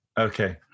Okay